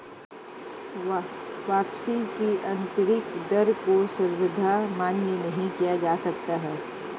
वापसी की आन्तरिक दर को सर्वथा मान्य नहीं किया जा सकता है